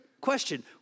question